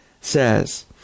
says